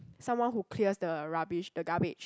someone who clears the rubbish the garbage